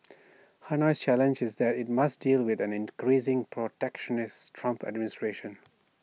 Hanoi's challenge is that IT must deal with an increasingly protectionist Trump administration